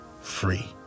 free